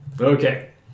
Okay